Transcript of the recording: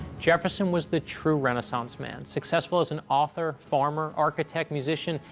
jefferson was the true renaissance man, successful as an author, farmer, architect, musician.